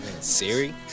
Siri